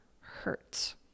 hurts